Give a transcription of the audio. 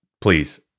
Please